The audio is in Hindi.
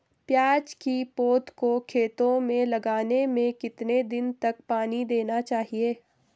प्याज़ की पौध को खेतों में लगाने में कितने दिन तक पानी देना चाहिए?